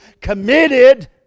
committed